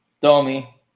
Domi